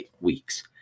weeks